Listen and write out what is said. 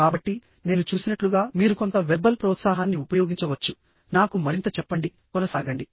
కాబట్టినేను చూసినట్లుగా మీరు కొంత వెర్బల్ ప్రోత్సాహాన్ని ఉపయోగించవచ్చు నాకు మరింత చెప్పండి కొనసాగండి